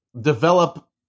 develop